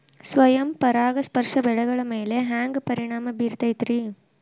ಸ್ವಯಂ ಪರಾಗಸ್ಪರ್ಶ ಬೆಳೆಗಳ ಮ್ಯಾಲ ಹ್ಯಾಂಗ ಪರಿಣಾಮ ಬಿರ್ತೈತ್ರಿ?